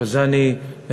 ובזה אני מסיים,